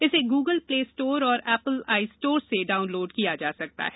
इसे Google Play Store और Apple I Store से डाउनलोड किया जा सकता है